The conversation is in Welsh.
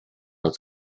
wrth